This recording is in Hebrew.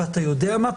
ואתה יודע מה?